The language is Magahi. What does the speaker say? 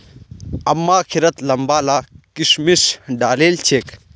अम्मा खिरत लंबा ला किशमिश डालिल छेक